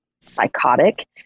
psychotic